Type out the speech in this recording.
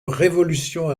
révolution